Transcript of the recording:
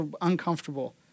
uncomfortable